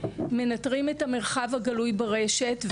מנטרים את המרחב הגלוי ברשת,